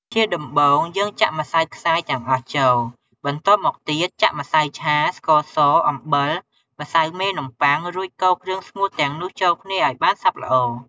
ជាដំបូង យើងចាក់ម្សៅខ្សាយទាំងអស់ចូល បន្ទាប់មកទៀត ចាក់ម្សៅឆា ស្ករស អំបិល ម្សៅមេនំប័ុង រួចកូរគ្រឿងស្ងួតទាំងនោះចូលគ្នាឲ្យបានសព្វល្អ។